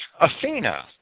Athena